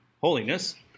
holiness